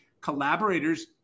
collaborators